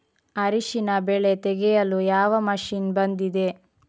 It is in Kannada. ಅರಿಶಿನ ಬೆಳೆ ತೆಗೆಯಲು ಯಾವ ಮಷೀನ್ ಬಂದಿದೆ?